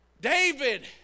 David